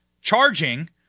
charging